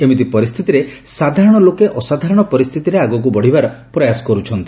ଏମିତି ପରିସ୍ଥିତିରେ ସାଧାରଣ ଲୋକେ ଅସାଧାରଣ ପରିସ୍ଥିତିରେ ଆଗକ ବଢ଼ିବାର ପ୍ରୟାସ କର୍ରଛନ୍ତି